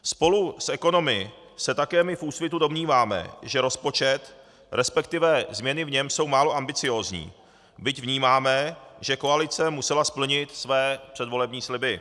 Spolu s ekonomy se také my v Úsvitu domníváme, že rozpočet, resp. změny v něm jsou málo ambiciózní, byť vnímáme, že koalice musela splnit své předvolební sliby.